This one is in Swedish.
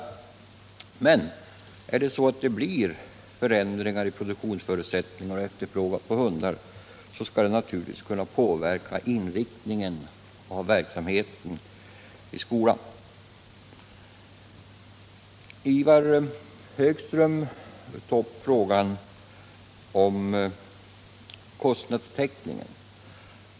Blir det ändringar i produktionsförutsättningarna, skall detta naturligtvis kunna påverka inriktningen av verksamheten vid skolan. Ivar Högström tog upp frågan om kostnadstäckningen.